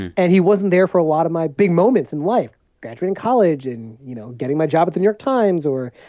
and and he wasn't there for a lot of my big moments in life graduating college and, you know, getting my job at the new york times or,